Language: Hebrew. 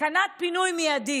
סכנת פינוי מיידית,